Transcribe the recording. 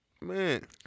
Man